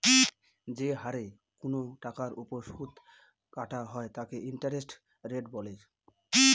যে হারে কোনো টাকার ওপর সুদ কাটা হয় তাকে ইন্টারেস্ট রেট বলে